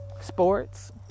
Sports